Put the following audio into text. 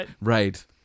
Right